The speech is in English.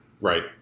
Right